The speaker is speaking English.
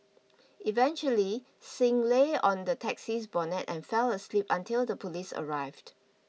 eventually Singh lay on the taxi's bonnet and fell asleep until the police arrived